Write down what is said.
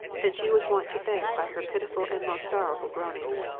than she was wont to beg by her pitiful and most sorrowful groanings.